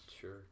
Sure